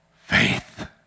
faith